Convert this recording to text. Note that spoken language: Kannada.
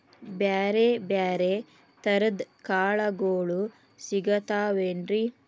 ಬ್ಯಾರೆ ಬ್ಯಾರೆ ತರದ್ ಕಾಳಗೊಳು ಸಿಗತಾವೇನ್ರಿ?